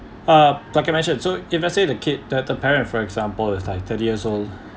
uh like I mentioned so if let's say the kid the the parents for example it's like thirty years old